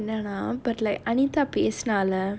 but like anita பேசுனால:pesunaala